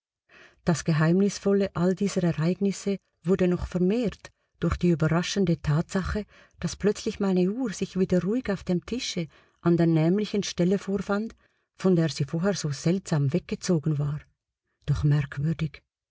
das geheimnisvolle all dieser ereignisse wurde noch vermehrt durch die überraschende tatsache daß plötzlich meine uhr sich wieder ruhig auf dem tische an der nämlichen stelle vorfand von der sie vorher so seltsam weggezogen war doch merkwürdig